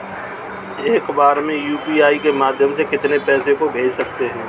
एक बार में यू.पी.आई के माध्यम से कितने पैसे को भेज सकते हैं?